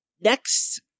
next